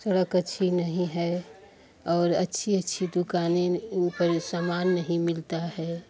सड़क अच्छी नहीं है और अच्छी अच्छी दुकानें पर सामान नहीं मिलता है